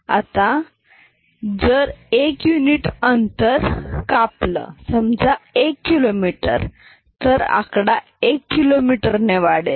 आता जर 1 युनिट अंतर कापलं समजा 1 किलोमीटर तर आकडा 1 किलोमीटर ने वाढेल